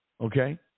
Okay